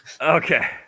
Okay